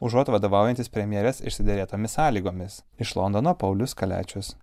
užuot vadovaujantis premjerės išsiderėtomis sąlygomis iš londono paulius kaliačius